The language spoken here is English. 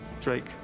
Drake